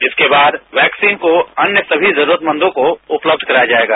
इसके बाद वैक्सीन को अन्य समी जरुरदमंदो को उपलब्ध कराया जाएगा